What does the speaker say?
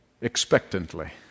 expectantly